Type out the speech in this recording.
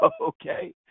okay